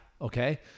Okay